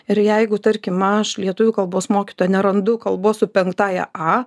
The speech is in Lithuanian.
ir jeigu tarkim aš lietuvių kalbos mokytoja nerandu kalbos su penktąja a